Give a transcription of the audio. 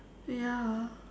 ya